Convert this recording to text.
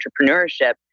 entrepreneurship